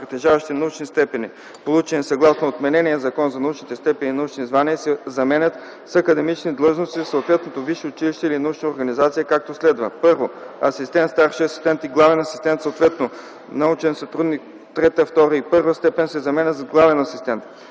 притежаващи научни степени, получени съгласно отменения Закон за научните степени и научните звания, се заменят с академични длъжности в съответното висше училище или научна организация, както следва: 1. „асистент”, „старши асистент” и „главен асистент”, съответно „научен сътрудник” ІІІ, ІІ и І степен, се заменят с „главен асистент”;